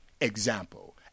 example